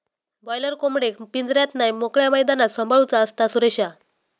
boiler कोंबडेक पिंजऱ्यात नाय मोकळ्या मैदानात सांभाळूचा असता, सुरेशा